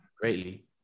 greatly